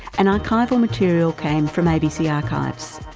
and archival material came from abc archives.